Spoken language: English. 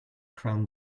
crowned